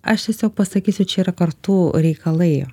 aš tiesiog pasakysiu čia yra kartų reikalai